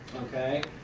okay,